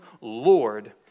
lord